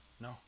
No